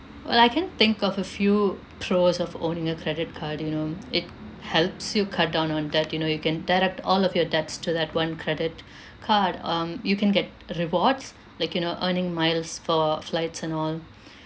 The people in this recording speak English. well I can think of a few pros of owning a credit card you know it helps you cut down on debt you know you can add up all of your debts to that one credit card um you can get rewards like you know earning miles for flights and all